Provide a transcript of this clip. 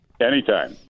Anytime